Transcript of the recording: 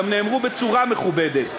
והם גם נאמרו בצורה מכובדת,